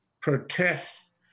protest